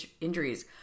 injuries